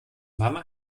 mama